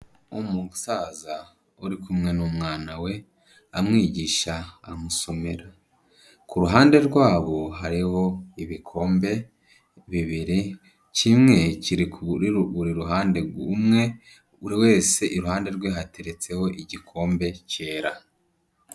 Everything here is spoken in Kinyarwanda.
Umusaza uri kumwe n'umwana we amwigisha amusomera, ku ruhande rwabo hariho ibikombe bibiri, kimwe kiri kuri ruguru iruhande rw'umwe, buri wese iruhande rwe hateretseho igikombe cyera.